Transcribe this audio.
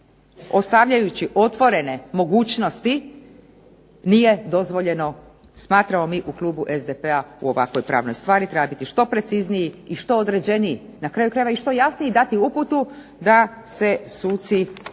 ostavljajući otvorene mogućnosti nije dozvoljeno smatramo mi u klubu SDP-a u ovakvoj pravnoj stvari. Treba biti što precizniji i što određeniji i na kraju krajeva i što jasnije dati uputu da se suci